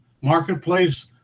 marketplace